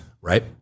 right